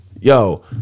Yo